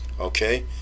okay